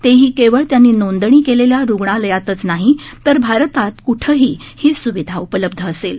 तेही केवळ त्यांनी नोंदणी केलेल्या रुग्णालयातच नाही तर भारतात कुठंही ही सुविधा उपलब्ध असेल